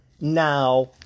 now